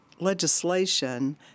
legislation